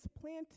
planted